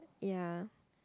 ya